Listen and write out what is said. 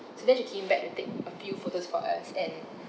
so then she came back and take a few photos for us and